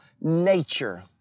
nature